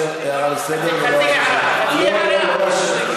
אני לא מאשר הערה לסדר ולא הצעה לסדר.